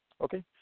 Okay